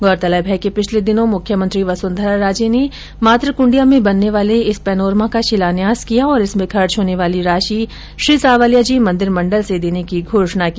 गौरतलब है कि पिछले दिनों मुख्यमंत्री वसुंधरा राजे ने मातकृण्डिया में बनने वाले इस पैनोरमा का शिलान्यास किया और इसमें खर्च होने वाली राशि श्रीसांवलियाजी मंदिर मंडल से देने की घोषणा की